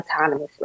autonomously